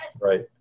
right